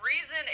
reason